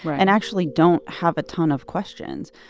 and actually don't have a ton of questions.